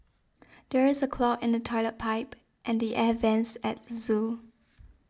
there is a clog in the Toilet Pipe and the Air Vents at the zoo